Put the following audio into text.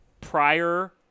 prior